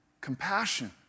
Compassion